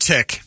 Tick